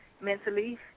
mentally